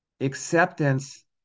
acceptance